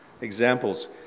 examples